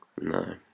No